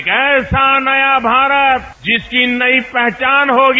एक ऐसा नया भारत जिसकी नयी पहचान होगी